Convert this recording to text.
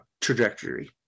trajectory